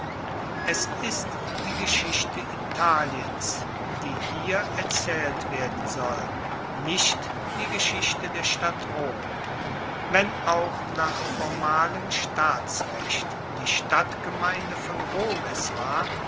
es ist die geschichte italiens die hier erzaehlt werden soll nicht die geschichte der stadt rom wenn auch nach formalem staatsrecht die stadtgemeinde von rom es war